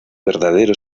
verdadero